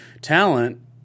talent